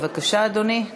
בבקשה, אדוני.